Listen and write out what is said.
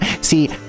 See